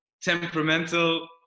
temperamental